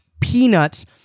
peanuts